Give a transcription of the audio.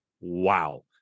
Wow